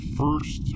first